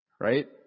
Right